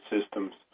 systems